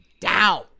Down